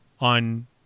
on –